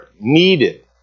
needed